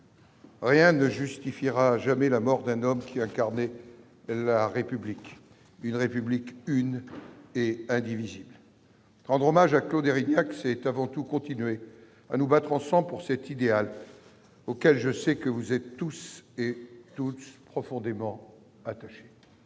Rien ne justifiera jamais la mort d'un homme qui a incarné la République une République une et indivisible, rendre hommage à Claude Érignac, c'est avant tout continuer à nous battre ensemble pour cet idéal auquel je sais que vous êtes tous et toutes, profondément attaché.